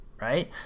right